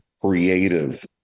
creative